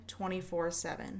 24-7